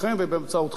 ובאמצעותכם,